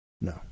no